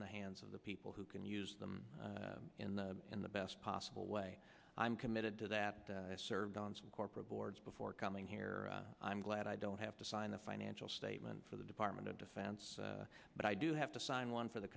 in the hands of the people who can use them in the in the best possible way i'm committed to that served on corporate boards before coming here i'm glad i don't have to sign the financial statement for the department of defense but i do have to sign one for the